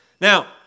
Now